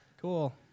Cool